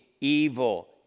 evil